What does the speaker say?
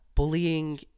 bullying